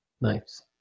Nice